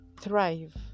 Thrive